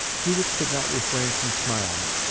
judith could not refrain from smiling,